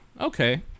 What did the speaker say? okay